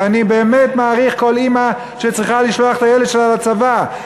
ואני באמת מעריך כל אימא שצריכה לשלוח את הילד שלה לצבא,